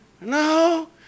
No